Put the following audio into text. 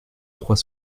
trois